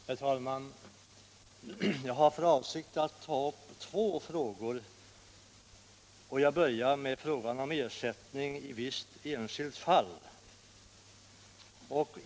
Herr talman! Jag har för avsikt att ta upp två frågor, och jag börjar med frågan om Ersättning i visst enskilt fall.